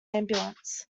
ambulance